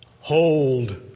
hold